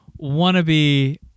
Wannabe